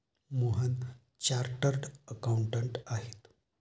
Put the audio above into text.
Mohan chartered accountant आहेत